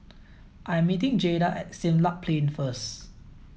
I'm meeting Jaeda at Siglap Plain first